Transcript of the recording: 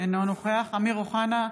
אינו נוכח אמיר אוחנה,